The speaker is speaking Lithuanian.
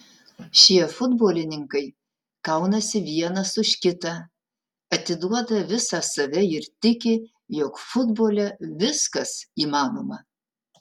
šie futbolininkai kaunasi vienas už kitą atiduoda visą save ir tiki jog futbole viskas įmanoma